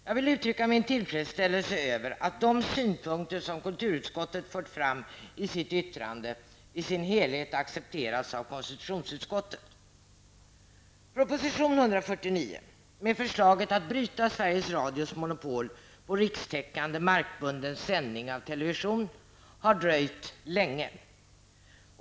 Jag vill uttrycka min tillfredsställelse över att de synpunkter som kulturutskottet fört fram i sitt yttrande i sin helhet har accepterats av konstitutionsutskottet. Radios monopol på rikstäckande markbunden sändning av television har dröjt länge.